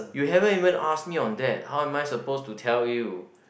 you haven't even ask me on that how am I supposed to tell you